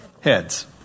Heads